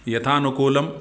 यथानुकूलम्